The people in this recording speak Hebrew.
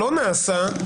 לא נעשה,